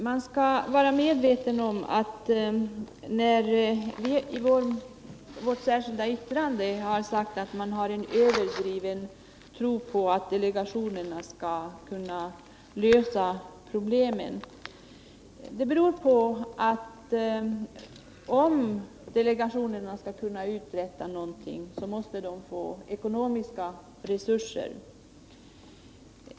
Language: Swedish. Man skall vara medveten om att när vi i vårt särskilda yttrande har sagt att det finns en övertro på att delegationerna skall kunna lösa problemen, så beror det på att delegationerna måste få ekonomiska resurser om de skall kunna uträtta någonting.